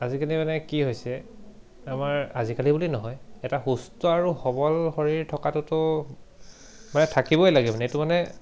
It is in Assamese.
আজিকালি মানে কি হৈছে আমাৰ আজিকালি বুলি নহয় এটা সুস্থ আৰু সবল শৰীৰ থকাটোতো মানে থাকিবই লাগে মানে এইটো মানে